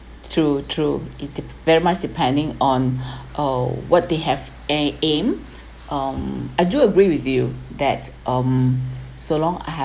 true true it de~ very much depending on uh what they have eh aim um I do agree with you that um so long I have